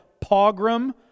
pogrom